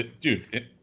dude